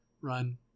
run